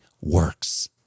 works